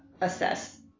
assess